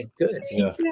good